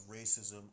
racism